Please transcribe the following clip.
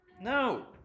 No